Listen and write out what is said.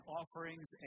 offerings